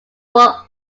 ball